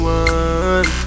one